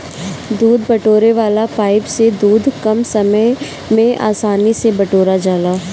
दूध बटोरे वाला पाइप से दूध कम समय में आसानी से बटोरा जाला